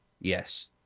yes